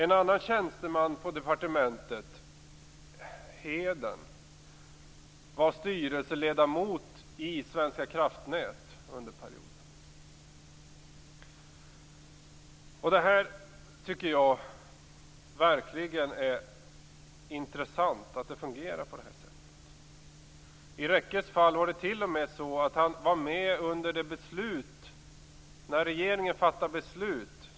En annan tjänsteman på departementet - Heden - var styrelseledamot i Svenska kraftnät under denna period. Jag tycker verkligen att det är intressant att det fungerar på detta sätt. Rekke var t.o.m. med när regeringen fattade beslut.